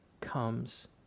comes